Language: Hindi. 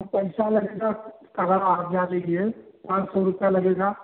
पैसा लगेगा करारा आज्ञा दीजिए पाँच सौ रुपये लगेगा